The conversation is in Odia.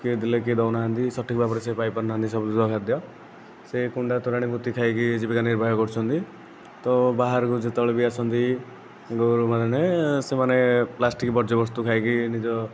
କିଏ ବିଲ କିଏ ଦେଉନାହାନ୍ତି ସଠିକ୍ ଭାବରେ ସେ ପାଇପାରୁ ନାହାନ୍ତି ସବୁ ବିଭାଗ ଖାଦ୍ୟ ସେ କୁଣ୍ଡା ତୋରାଣି ବୋତି ଖାଇକି ଜୀବିକା ନିର୍ବାହ କରୁଛନ୍ତି ତ ବାହାରକୁ ଯେତେବେଳେ ବି ଆସନ୍ତି ଗାଈ ଗୋରୁମାନେ ସେମାନେ ପ୍ଲାଷ୍ଟିକ୍ ବର୍ଜ୍ୟବସ୍ତୁ ଖାଇକି ନିଜ